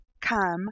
come